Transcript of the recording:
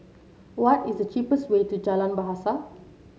what is the cheapest way to Jalan Bahasa